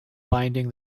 binding